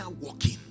walking